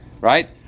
Right